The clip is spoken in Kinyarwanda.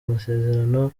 masezerano